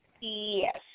Yes